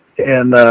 and, ah,